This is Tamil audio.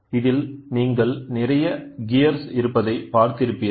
அதில் நீங்கள் நிறைய கியர்ஸ் இருப்பதை பார்த்திருப்பீர்கள்